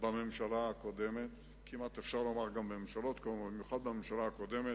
בממשלה הקודמת, במיוחד בממשלה הקודמת,